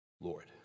Lord